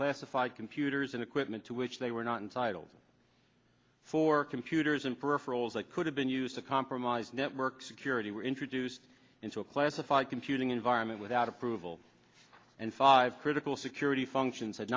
classified computers and equipment to which they were not and sidled for computers and peripherals that could have been used to compromise network security were introduced into a classified computing environment without approval and five critical security functions had